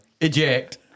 Eject